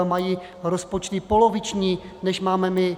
Mají rozpočty poloviční, než máme my.